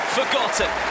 forgotten